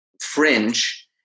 fringe